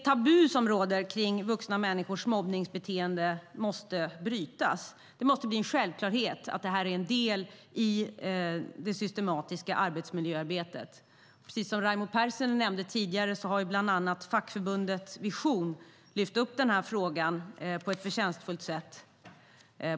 Tabut kring vuxna människors mobbningsbeteende måste brytas. Det måste bli en självklarhet att arbetet mot detta är en del av det systematiska arbetsmiljöarbetet. Precis som Raimo Pärssinen nämnde tidigare har bland annat fackförbundet Vision på senare tid lyft upp denna fråga på ett förtjänstfullt sätt.